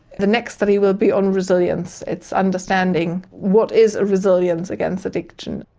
the next study will be on resilience, it's understanding what is ah resilience against addiction.